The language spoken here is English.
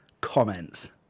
comments